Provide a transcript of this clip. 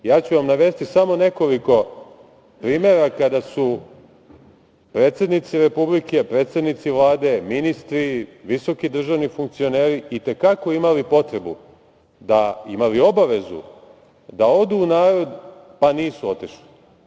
Ja ću vam navesti samo nekolik o primera kada su predsednici Republike, predsednici Vlade, ministri, visoki državni funkcioneri i te kako imali potrebu, imali obavezu, da odu u narod, pa nisu otišli.